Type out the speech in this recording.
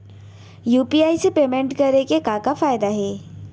UPI से payment करे के का का फायदा हे?